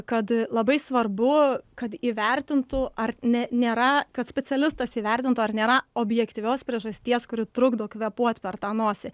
kad labai svarbu kad įvertintų ar ne nėra kad specialistas įvertintų ar nėra objektyvios priežasties kuri trukdo kvėpuot per tą nosį